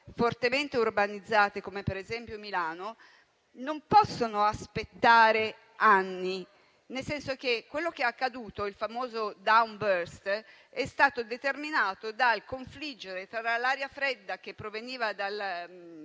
fortemente urbanizzate come Milano, non possono aspettare anni, nel senso che quello che è accaduto, il famoso *downburst*, è stato determinato dal confliggere dell'aria fredda che proveniva dal